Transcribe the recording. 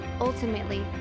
Ultimately